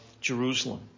Jerusalem